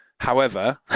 however